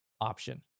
option